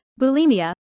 bulimia